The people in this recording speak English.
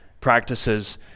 practices